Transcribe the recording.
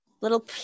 little